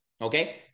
Okay